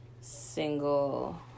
single